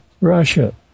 Russia